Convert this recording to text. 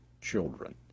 children